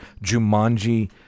Jumanji